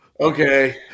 Okay